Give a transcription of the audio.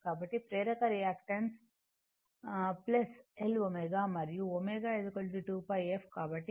కాబట్టిప్రేరక reactance L ω మరియు ω 2πf